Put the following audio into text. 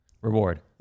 Reward